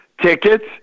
tickets